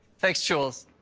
thanks, julz.